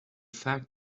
fact